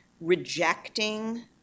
rejecting